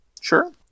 Sure